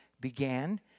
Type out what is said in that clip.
began